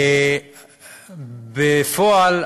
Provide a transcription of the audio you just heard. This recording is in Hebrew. בפועל,